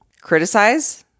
Criticize